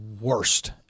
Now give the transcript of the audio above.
worst